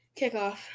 kickoff